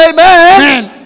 Amen